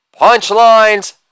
punchlines